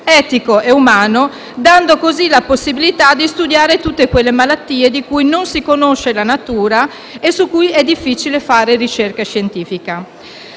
etico e umano, dando così la possibilità di studiare tutte quelle malattie di cui non si conosce la natura e su cui è difficile fare ricerca scientifica.